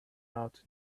out